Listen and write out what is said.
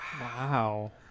Wow